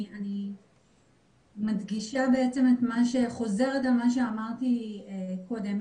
אני חוזרת על מה שאמרתי קודם,